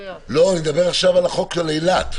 אני מדבר עכשיו על החוק של אילת.